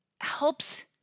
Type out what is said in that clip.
helps